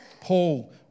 Paul